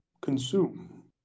consume